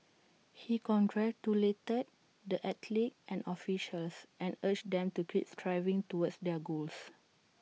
he congratulated the athletes and officials and urged them to keep striving towards their goals